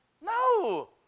No